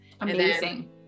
Amazing